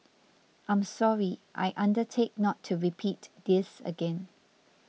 I'm sorry I undertake not to repeat this again